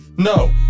No